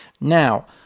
Now